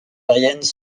païennes